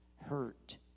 hurt